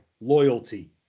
Loyalty